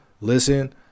listen